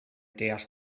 deall